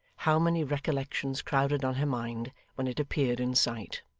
how many recollections crowded on her mind when it appeared in sight!